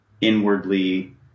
inwardly